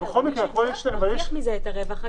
מי שמרוויח מזה את הרווח הגדול.